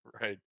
Right